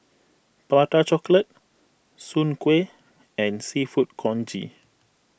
Prata Chocolate Soon Kueh and Seafood Congee